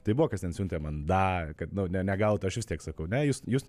tai buvo kas ten siuntė man da kad ne negautų aš vis tiek sakau ne jūs jūs